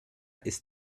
ist